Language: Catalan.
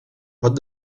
pot